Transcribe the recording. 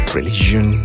religion